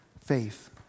faith